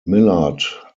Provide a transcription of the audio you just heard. millard